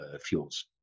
fuels